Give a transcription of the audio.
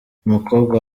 umukobwa